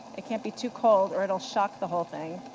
it can't be too cold or it'll shock the whole thing.